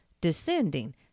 descending